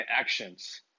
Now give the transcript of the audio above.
actions